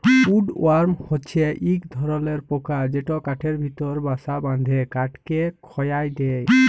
would worm হছে ইক ধরলর পকা যেট কাঠের ভিতরে বাসা বাঁধে কাঠকে খয়ায় দেই